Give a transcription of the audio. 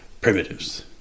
primitives